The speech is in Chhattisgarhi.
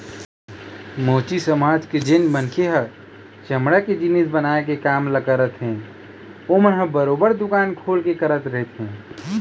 मोची समाज के जेन मनखे ह चमड़ा के जिनिस बनाए के काम ल करथे ओमन ह बरोबर दुकान खोल के करत रहिथे